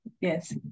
yes